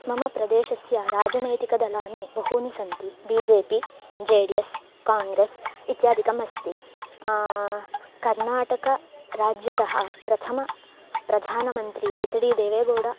मम प्रदेशस्य राजनैतिकदलानि बहूनि सन्ति B J P J D S Congress इत्यादिकमस्ति कर्नाटकराज्यतः प्रथमप्रधानमन्त्री हेच् डि देवेगौड